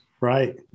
Right